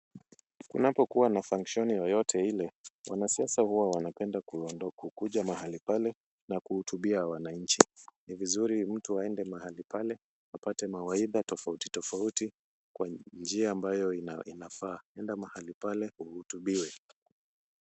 Kunapokuwa na function yoyote ile wanasiasa huwa wanapenda kukuja mahali pale na kuhutubia wananchi, ni vizuri mtu aende mahali pale apate mawaidha tofauti tofauti kwa njia ambayo inafaa, enda mahali pale uhutubiwe.